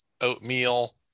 oatmeal